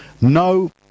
No